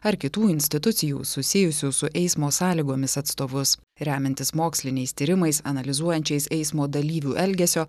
ar kitų institucijų susijusių su eismo sąlygomis atstovus remiantis moksliniais tyrimais analizuojančiais eismo dalyvių elgesio